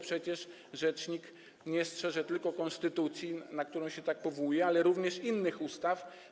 Przecież rzecznik strzeże nie tylko konstytucji, na którą się tak powołuje, ale również innych ustaw.